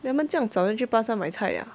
人们怎么早去巴刹买菜 ah